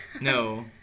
No